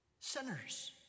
Sinners